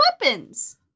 weapons